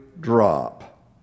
drop